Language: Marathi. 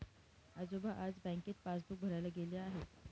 आजोबा आज बँकेत पासबुक भरायला गेले आहेत